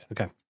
Okay